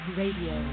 radio